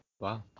Wow